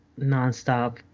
nonstop